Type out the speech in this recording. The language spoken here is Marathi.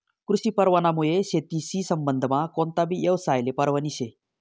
कृषी परवानामुये शेतीशी संबंधमा कोणताबी यवसायले परवानगी शे